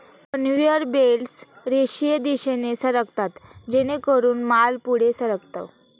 conveyor belts रेषीय दिशेने सरकतात जेणेकरून माल पुढे सरकतो